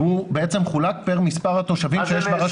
הוא בעצם חולק פר מספר התושבים שיש ברשות.